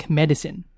medicine